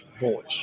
voice